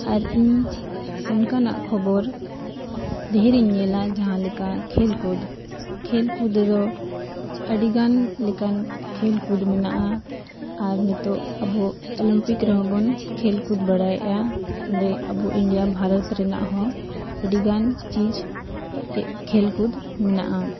ᱟᱨ ᱤᱧ ᱚᱱᱠᱟᱱᱟᱜ ᱠᱷᱚᱵᱚᱨ ᱰᱷᱮᱨ ᱤᱧ ᱧᱮᱞᱟ ᱡᱟᱦᱟᱸ ᱞᱮᱠᱟ ᱠᱷᱮᱞ ᱠᱚ ᱠᱷᱮᱞ ᱠᱚᱫᱮ ᱫᱚ ᱟᱹᱰᱤ ᱜᱟᱱ ᱞᱮᱠᱟᱱ ᱠᱷᱮᱞ ᱠᱚᱫᱚ ᱢᱮᱱᱟᱜᱼᱟ ᱟᱨ ᱱᱤᱛᱳᱜ ᱟᱵᱚ ᱚᱞᱤᱢᱯᱤᱠ ᱨᱮᱦᱚᱸ ᱵᱚᱱ ᱠᱷᱮᱞ ᱠᱩᱫᱽ ᱵᱟᱲᱟᱭᱮᱫᱟ ᱚᱸᱰᱮ ᱟᱵᱚ ᱤᱱᱰᱤᱭᱟ ᱵᱷᱟᱨᱚᱛ ᱨᱮᱱᱟᱜ ᱦᱚᱸ ᱟᱹᱰᱤ ᱜᱟᱱ ᱪᱤᱡᱽ ᱠᱷᱮᱞ ᱠᱩᱫᱽ ᱢᱮᱱᱟᱜᱼᱟ